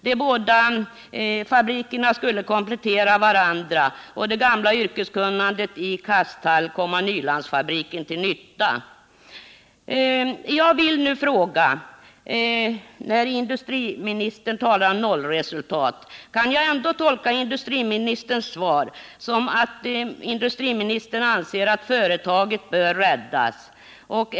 De båda fabrikerna skulle komplettera varandra och det gamla yrkeskunnandet i Kasthalls komma Nylandsfabriken till godo. När nu industriministern talar om nollresultat vill jag fråga, om jag ändå kan tolka industriministerns svar så, att industriministern anser att företaget bör räddas.